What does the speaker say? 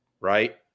right